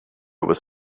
was